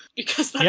because